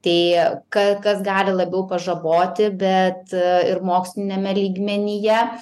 tai ką kas gali labiau pažaboti bet ir moksliniame lygmenyje